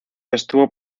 estuvo